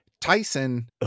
Tyson